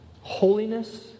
holiness